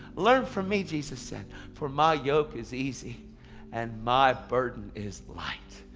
learn from me jesus said, for my yoke is easy and my burden is light.